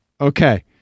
Okay